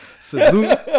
Salute